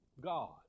God